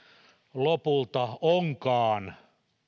lopulta onkaan